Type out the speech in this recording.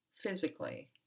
physically